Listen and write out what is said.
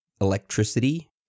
electricity